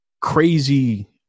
crazy